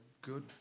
good